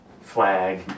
flag